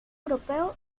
europeo